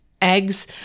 Eggs